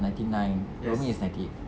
ninety nine rumi is ninety eight